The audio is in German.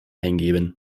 eingeben